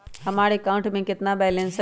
हमारे अकाउंट में कितना बैलेंस है?